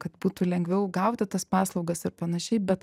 kad būtų lengviau gauti tas paslaugas ir panašiai bet